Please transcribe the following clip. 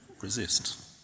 resist